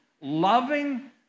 loving